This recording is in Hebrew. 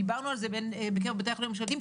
דיברנו על זה בקרב בתי החולים הממשלתיים,